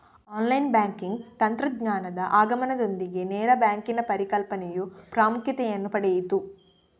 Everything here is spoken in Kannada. ಆನ್ಲೈನ್ ಬ್ಯಾಂಕಿಂಗ್ ತಂತ್ರಜ್ಞಾನದ ಆಗಮನದೊಂದಿಗೆ ನೇರ ಬ್ಯಾಂಕಿನ ಪರಿಕಲ್ಪನೆಯು ಪ್ರಾಮುಖ್ಯತೆಯನ್ನು ಪಡೆಯಿತು